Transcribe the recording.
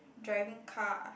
driving car